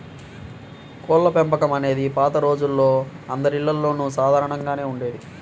కోళ్ళపెంపకం అనేది పాత రోజుల్లో అందరిల్లల్లోనూ సాధారణంగానే ఉండేది